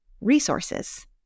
resources